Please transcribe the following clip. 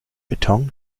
beton